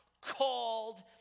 called